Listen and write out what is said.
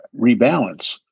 rebalance